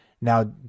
Now